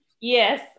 Yes